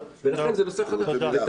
ולכן זה נושא חדש לטעמי.